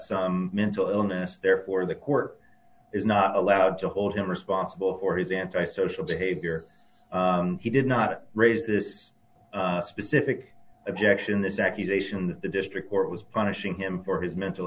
some mental illness therefore the court is not allowed to hold him responsible for his anti social behavior he did not raise this specific objection this accusation that the district court was punishing him for his mental